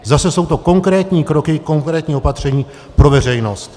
Zase jsou to konkrétní kroky, konkrétní opatření pro veřejnost.